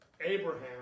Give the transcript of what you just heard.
Abraham